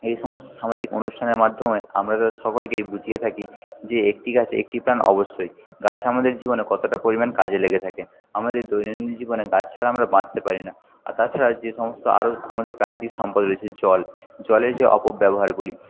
এই সমস্ত সামাজিক অনুষ্ঠানের মাধ্যমে আমরা তাদের সকলকেই বুঝিয়ে থাকি যে একটি গাছ একটি প্রাণ অবশ্যই গাছ আমাদের জীবনে কতটা পরিমাণ কাজে লেগে থাকে আমাদের দৈনন্দিন জীবনে গাছ ছাড়া আমরা বাঁচতে পারি না আর তাছাড়া যে সমস্ত আরো আমাদের প্রাকৃতিক সম্পদ রয়েছে জল জলের যে অপব্যবহারগুলি